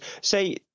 say